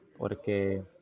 Porque